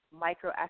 micro